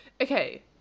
Okay